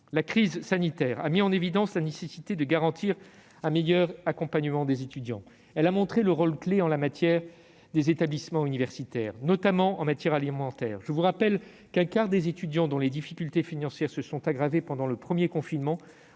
la crise sanitaire a mis en évidence la nécessité de garantir un meilleur accompagnement des étudiants. En la matière, elle a montré le rôle clé des établissements universitaires, notamment en matière alimentaire. Je vous rappelle qu'un quart des étudiants dont les difficultés financières se sont aggravées pendant le premier confinement